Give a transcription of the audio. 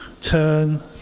turn